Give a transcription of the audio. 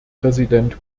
präsident